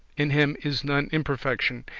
in him is none imperfection,